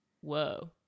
Whoa